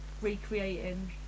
recreating